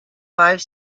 five